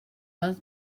her